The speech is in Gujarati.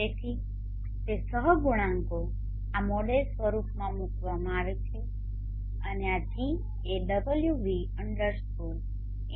તેથી તે સહગુણાંકો આ મોડેલ સ્વરૂપમાં મૂકવામાં આવે છે અને આ G એ wv India